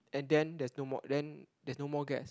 and then there's no more then there's no more gas